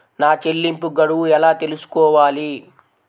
నా చెల్లింపు గడువు ఎలా తెలుసుకోవాలి?